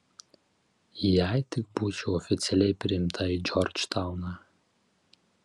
jei tik būčiau oficialiai priimta į džordžtauną